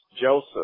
Joseph